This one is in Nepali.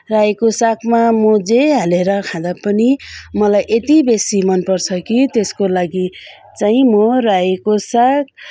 रायोको सागमा म जे हालेर खाँदा पनि मलाई यति बेसी मनपर्छ कि त्यसको लागि चाहिँ म रायोको साग